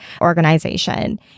organization